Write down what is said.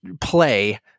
play